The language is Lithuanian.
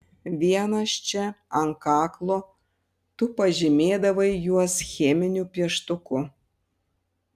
vienas čia ant kaklo tu pažymėdavai juos cheminiu pieštuku